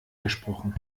gesprochen